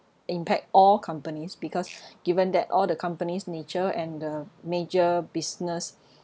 impact all companies because given that all the companies' nature and the major business